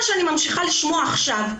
מה שאני ממשיכה לשמוע עכשיו.